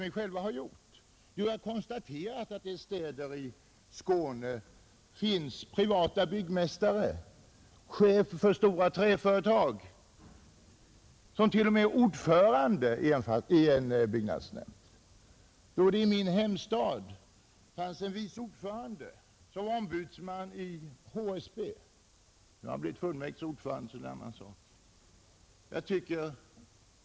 Vi har själva konstaterat att det i städer i Skåne finns privata byggmästare och chefer för stora träföretag som till och med är ordförande i byggnadsnämnden, I min hemstad hade byggnadsnämnden en vice ordförande som var ombudsman i HSB; nu har han blivit fullmäktiges ordförande, så nu är det en annan sak.